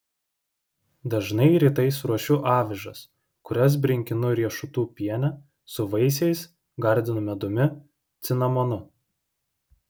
dažnai rytais ruošiu avižas kurias brinkinu riešutų piene su vaisiais gardinu medumi cinamonu